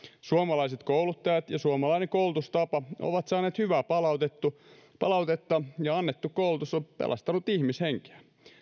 suomalaiset kouluttajat ja suomalainen koulutustapa ovat saaneet hyvää palautetta ja annettu koulutus on pelastanut ihmishenkiä